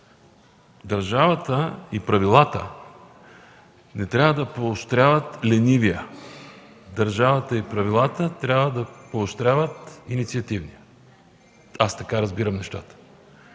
Държавата и правилата не трябва да поощряват ленивия. Държавата и правилата трябва да поощряват инициативния. Аз така разбирам нещата.